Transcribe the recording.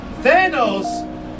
Thanos